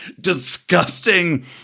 disgusting